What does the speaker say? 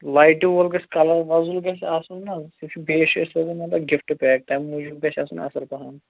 لایٹہِ وول گژھِ کَلر وۄزُل گژھِ آسُن نا سُہ چھُ بیٚیِس جایہِ سوزُن مطلب گِفٹہٕ پیک تَمہِ موٗجوٗب گژھِ آسُن اَصٕل پَہَم